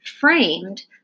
framed